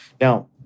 Now